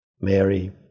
Mary